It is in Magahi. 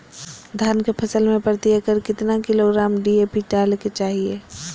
धान के फसल में प्रति एकड़ कितना किलोग्राम डी.ए.पी डाले के चाहिए?